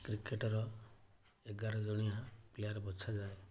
କ୍ରିକେଟ୍ର ଏଗାର ଜଣିଆ ପ୍ଲେୟାର୍ ବଛାଯାଏ